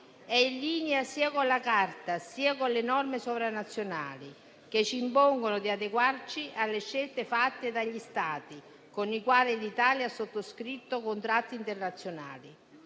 è in linea sia con la Carta, sia con le norme sovranazionali, che ci impongono di adeguarci alle scelte fatte dagli Stati con i quali l'Italia ha sottoscritto trattati internazionali.